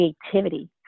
creativity